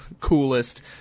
coolest